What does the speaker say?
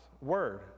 word